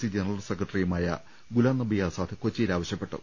C ജന റൽ സെക്രട്ടറിയുമായ ഗുലാംനബി ആസാദ് കൊച്ചിയിൽ പറഞ്ഞു